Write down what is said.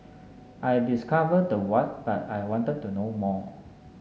I discovered the what but I wanted to know more